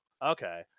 Okay